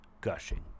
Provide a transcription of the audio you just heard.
gushing